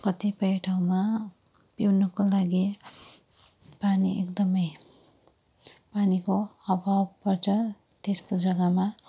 कतिपय ठाउँमा पिउनुको लागि पानी एकदमै पानीको अभाव पर्छ त्यस्तो जगामा